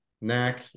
neck